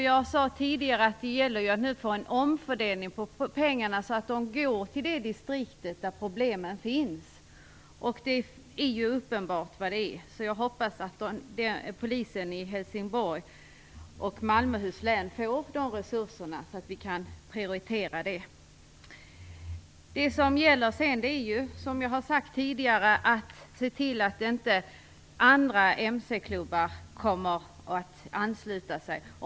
Jag sade tidigare att det gäller att få en omfördelning av pengarna så att de går till det distrikt där problemen finns - och det är ju uppenbart var det är. Jag hoppas alltså att Polisen i Helsingborg och Malmöhus län får sådana resurser att vi kan prioritera detta. Vad som sedan gäller är som sagt att se till att inte andra mc-klubbar ansluter sig.